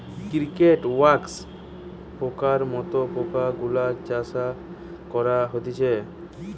cricket, wax পোকার মত পোকা গুলার চাষ করা হতিছে